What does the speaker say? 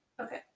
Okay